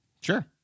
Sure